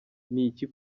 n’iki